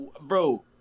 bro